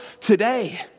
today